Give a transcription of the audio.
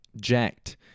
jacked